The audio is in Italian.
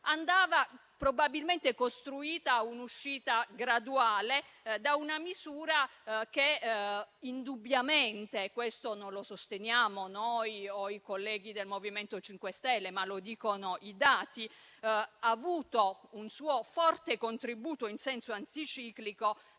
Andava probabilmente costruita un'uscita graduale da una misura che indubbiamente - questo non lo sosteniamo noi o i colleghi del MoVimento 5 Stelle, ma lo dicono i dati - ha dato un suo forte contributo in senso anticiclico